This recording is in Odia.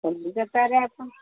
କଲିକତାରେ ଆପଣ